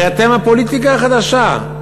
הרי אתן הפוליטיקה החדשה.